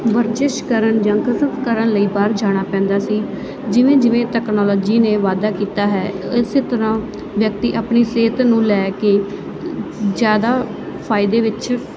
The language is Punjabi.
ਵਰਜਿਸ਼ ਕਰਨ ਜਾਂ ਕਸਰਤ ਕਰਨ ਲਈ ਬਾਹਰ ਜਾਣਾ ਪੈਂਦਾ ਸੀ ਜਿਵੇਂ ਜਿਵੇਂ ਟੈਕਨੋਲੋਜੀ ਨੇ ਵਾਧਾ ਕੀਤਾ ਹੈ ਇਸ ਤਰ੍ਹਾਂ ਵਿਅਕਤੀ ਆਪਣੀ ਸਿਹਤ ਨੂੰ ਲੈ ਕੇ ਜ਼ਿਆਦਾ ਫਾਇਦੇ ਵਿੱਚ